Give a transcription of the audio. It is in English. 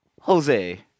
Jose